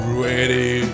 ready